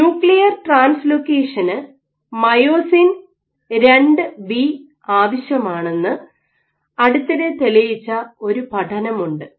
nuclear ട്രാൻസ്ലോക്കേഷന് myosin II B ആവശ്യമാണെന്ന് അടുത്തിടെ തെളിയിച്ച ഒരു പഠനം ഉണ്ട്